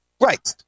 Right